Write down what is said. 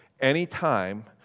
Anytime